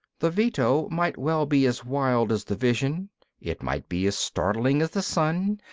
the veto might well be as wild as the vision it might be as startling as the sun,